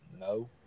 No